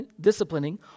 disciplining